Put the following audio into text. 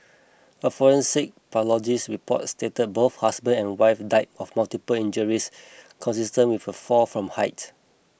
a forensic pathologist's report stated both husband and wife died of multiple injuries consistent with a fall from height